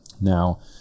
now